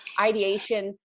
ideation